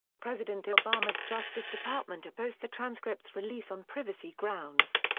president obama's justice department opposed the transcripts release on privacy grounds.